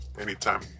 anytime